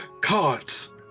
cards